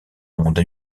monde